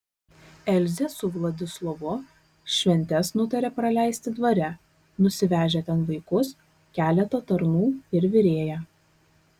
elzė su vladislovu šventes nutarė praleisti dvare nusivežę ten vaikus keletą tarnų ir virėją